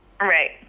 right